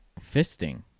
fisting